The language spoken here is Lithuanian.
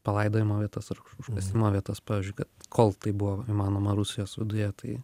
palaidojimo vietas užkasimo vietas pavyzdžiui kad kol tai buvo įmanoma rusijos viduje tai